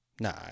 nah